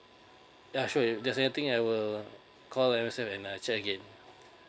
ya sure if there's anything I will call M_S_F and I check it